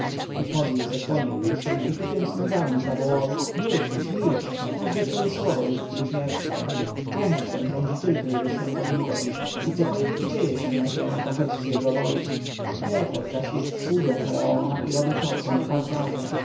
tutmozis zasłonił uszy i tupiąc nogami zawołał milcz już milcz każde twoje słowo jest bluźnierstwem państwem rządzi tylko jego świątobliwość i cokolwiek dzieje się na ziemi pochodzi z jego woli herhor zaś jest sługą faraona i robi to co mu pan każe